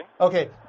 Okay